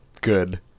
good